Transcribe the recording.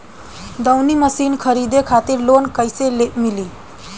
दऊनी मशीन खरीदे खातिर लोन कइसे मिली?